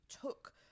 took